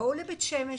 לבית שמש,